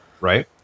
Right